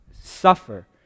suffer